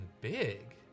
big